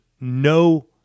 no